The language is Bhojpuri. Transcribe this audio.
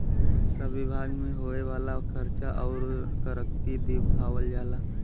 सब बिभाग मे होए वाला खर्वा अउर तरक्की दिखावल जाला